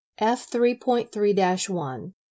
F3.3-1